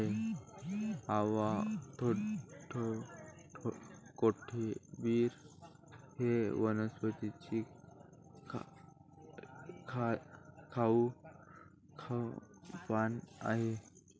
ओवा, कोथिंबिर हे वनस्पतीचे खाद्य पान आहे